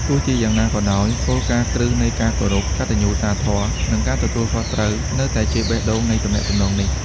ទោះជាយ៉ាងណាក៏ដោយ គោលការណ៍គ្រឹះនៃការគោរព កតញ្ញុតាធម៌ និងការទទួលខុសត្រូវនៅតែជាបេះដូងនៃទំនាក់ទំនងនេះ។